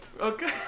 Okay